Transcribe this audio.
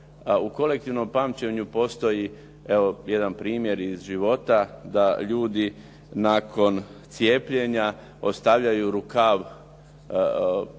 u kolektivnom pamćenju postoji evo jedan primjer iz života da ljudi nakon cijepljenja ostavljaju rukav otvoren